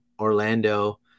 Orlando